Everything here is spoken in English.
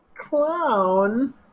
clown